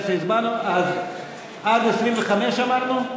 הצבענו, אז 20 25,